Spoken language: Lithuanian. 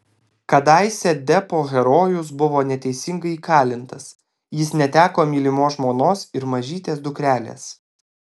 kadaise deppo herojus buvo neteisingai įkalintas jis neteko mylimos žmonos ir mažytės dukrelės